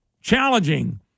challenging